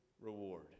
reward